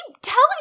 telling